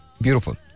beautiful